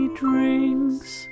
drinks